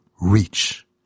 reach